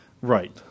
Right